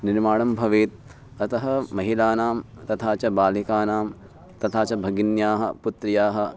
निर्माणं भवेत् अतः महिलानां तथा च बालिकानां तथा च भगिन्याः पुत्र्याः